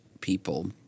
people